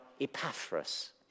Epaphras